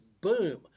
boom